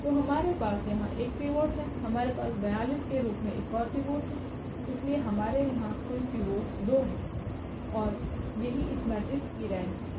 तो हमारे पास यहाँ एक पिवोट है हमारे पास 42 के रूप में एक और पिवोट है इसलिए हमारे यहाँ कुल पिवोट्स 2 हैं और यही इस मेट्रिक्स की रेंक 2है